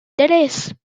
tres